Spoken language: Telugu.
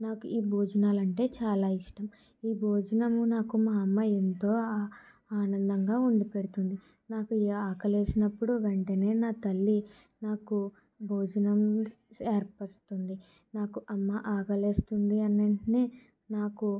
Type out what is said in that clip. నాకు ఈ భోజనాలు అంటే చాలా ఇష్టం ఈ భోజనం నాకు మా అమ్మ ఎంతో ఆనందంగా వండి పెడుతుంది నాకు ఏ ఆకలి వేసినప్పుడో వెంటనే నా తల్లి నాకు భోజనం ఏర్పరుస్తుంది నాకు అమ్మ ఆకలేస్తుంది అన్న వెంటనే నాకు